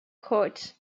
court